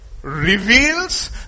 reveals